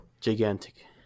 gigantic